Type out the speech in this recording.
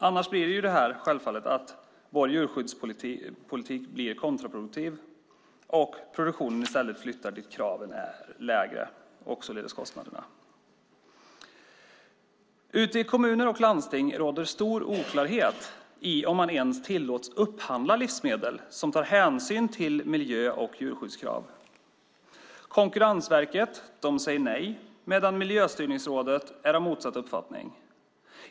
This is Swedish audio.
Annars blir självfallet vår djurskyddspolitik kontraproduktiv, och produktionen flyttar till ställen där kraven och således kostnaderna är lägre. Ute i kommuner och landsting råder stor oklarhet om ifall man tillåts upphandla livsmedel som tar hänsyn till miljö och djurskyddskrav. Konkurrensverket säger nej, medan Miljöstyrningsrådet är av motsatt uppfattning.